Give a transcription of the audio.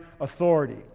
authority